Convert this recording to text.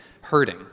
hurting